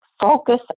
focus